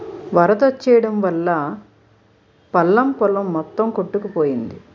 వరదొచ్చెయడం వల్లా పల్లం పొలం మొత్తం కొట్టుకుపోయింది